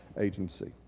agency